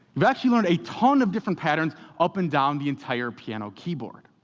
you've actually learned a ton of different patterns up and down the entire piano keyboard.